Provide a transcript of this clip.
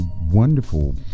wonderful